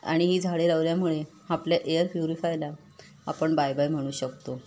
आणि ही झाडे लावल्यामुळे आपल्या एअर प्युरीफायला आपण बाय बाय म्हणू शकतो